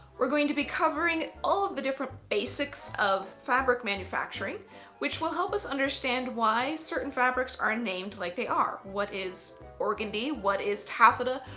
we're going to be covering all the different basics of fabric manufacturing which will help us understand why certain fabrics are named like they are. what is organdy? what is taffeta?